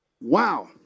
Wow